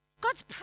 God's